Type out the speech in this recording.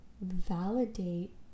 validate